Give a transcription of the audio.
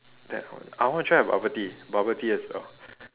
that one I want to try the bubble tea bubble tea as well